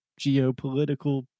geopolitical